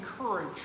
encourage